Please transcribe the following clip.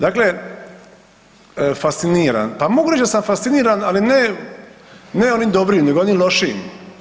Dakle fasciniran, pa mogu reći da sam fasciniran ali ne onim dobrim, nego onim lošijim.